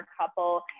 couple